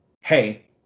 hey